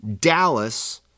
Dallas